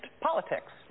politics